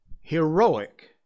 heroic